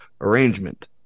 arrangement